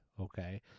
okay